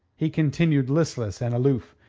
he continued listless and aloof.